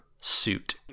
suit